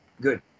Good